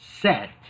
set